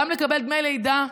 גם לקבל דמי לידה,